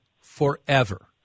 forever